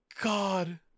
god